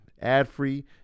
ad-free